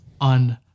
on